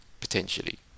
potentially